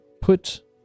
put